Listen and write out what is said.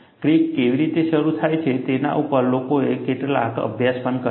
crack કેવી રીતે શરૂ થાય છે તેના ઉપર લોકોએ કેટલાક અભ્યાસ પણ કર્યા છે